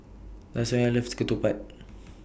Lasonya loves Ketupat